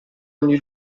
ogni